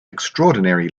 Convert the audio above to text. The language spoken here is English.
extraordinary